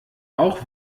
auch